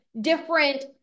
different